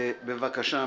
בבקשה,